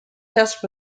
test